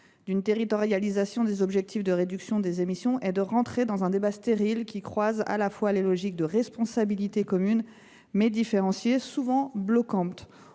la territorialisation des objectifs de réduction des émissions risquerait de provoquer un débat stérile, qui croise à des logiques de responsabilités communes, mais différenciées, souvent bloquantes.